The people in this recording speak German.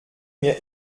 mir